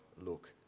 look